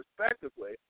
respectively